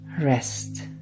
Rest